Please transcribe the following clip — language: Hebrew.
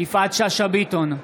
יפעת שאשא ביטון,